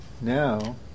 Now